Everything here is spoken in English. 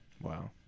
Wow